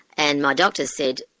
and my doctors said,